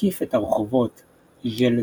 הקיף את הרחובות ז'לזנה,